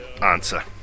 answer